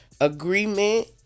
Agreement